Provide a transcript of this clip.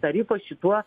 tarifo šituo